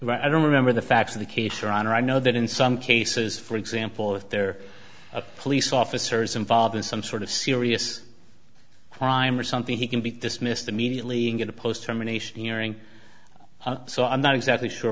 law i don't remember the facts of the case your honor i know that in some cases for example if there are police officers involved in some sort of serious crime or something he can be dismissed immediately and get a post from a nation hearing so i'm not exactly sure